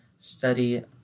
Study